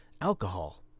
alcohol